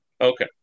Okay